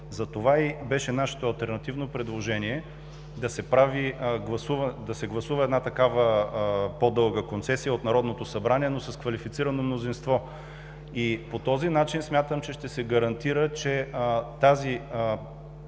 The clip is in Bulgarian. Затова беше и нашето алтернативно предложение – да се гласува по-дълга концесия от Народното събрание, но с квалифицирано мнозинство. По този начин смятам, че ще се гарантира, че тази